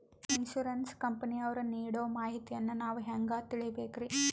Insurance ಕಂಪನಿಯವರು ನೀಡೋ ಮಾಹಿತಿಯನ್ನು ನಾವು ಹೆಂಗಾ ತಿಳಿಬೇಕ್ರಿ?